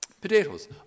potatoes